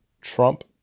Trump